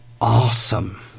awesome